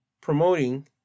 promoting